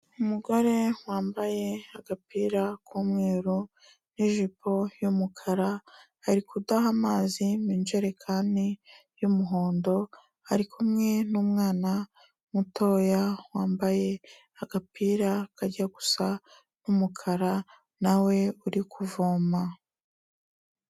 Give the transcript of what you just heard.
Umugore wambaye agapira k'umweru n’ijipo y’umukara ari kudaha amazi mu ijerekani y'umuhondo, ari kumwe numwana mutoya wambaye agapira kajya gusa n'umukara nawe uri kuvoma.